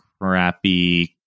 crappy